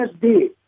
day